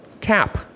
cap